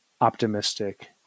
optimistic